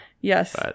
Yes